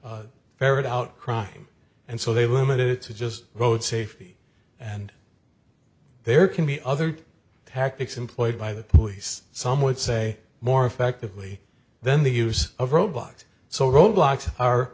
to ferret out crime and so they limit it to just road safety and there can be other tactics employed by the police some would say more effectively then the use of robots so the roadblocks are